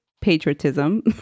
patriotism